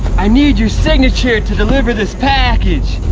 i need your signature to deliver this package.